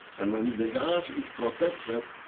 and when the garage is protected,